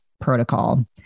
Protocol